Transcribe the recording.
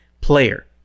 player